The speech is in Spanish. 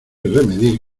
remedir